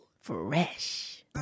Fresh